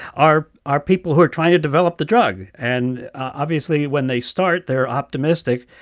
are are people who are trying to develop the drug. and obviously, when they start, they're optimistic.